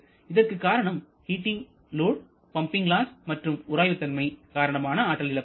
இதற்கு காரணம் heating load pumping loss மற்றும் உராய்வு தன்மை காரணமாக ஆற்றல் இழப்பு